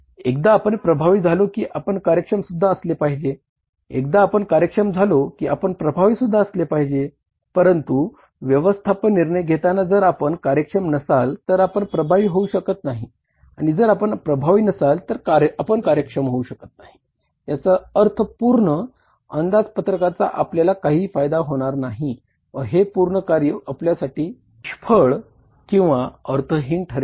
एकदा आपण प्रभावी झालो की आपण कार्यक्षमसुद्धा असले पाहिजे एकदा आपण कार्यक्षम झालो की आपण प्रभावीसुद्धा असले पाहिजे परंतु व्यवस्थापन निर्णय घेताना जर आपण कार्यक्षम नसाल तर आपण प्रभावी होऊ शकत नाही आणि जर आपण प्रभावी नसाल तर आपण कार्यक्षम होऊ शकत नाही याचा अर्थ पूर्ण अंदाजपत्रकाचा आपल्याला काहीही फायदा होणार नाही व हे पूर्ण कार्य आपल्यासाठी निष्फळ किंवा अर्थहीन ठरेल